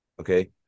okay